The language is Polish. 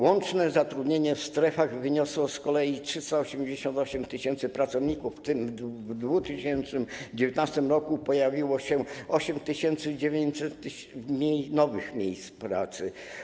Łączne zatrudnienie w strefach wyniosło z kolei 388 tys. pracowników, w tym w 2019 r. pojawiło się 8900 nowych miejsc pracy.